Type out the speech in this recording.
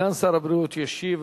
סגן שר הבריאות ישיב